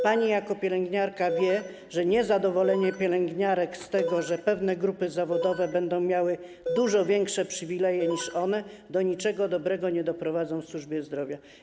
Pani jako pielęgniarka wie, że niezadowolenie pielęgniarek z tego, że pewne grupy zawodowe będą miały dużo większe przywileje niż one, do niczego dobrego nie doprowadzi w służbie zdrowia.